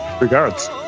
Regards